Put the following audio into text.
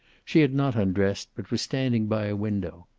she had not undressed, but was standing by a window.